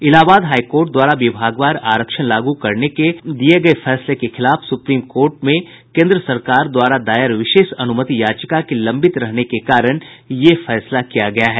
Allahabad high court द्वारा विभागवार आरक्षण लागू करने के दिये गये फैसले के खिलाफ सुप्रीम कोर्ट में केंद्र सरकार द्वारा दायर विशेष अनुमति याचिका के लंबित रहने के कारण यह फैसला किया गया है